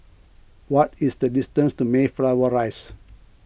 what is the distance to Mayflower Rise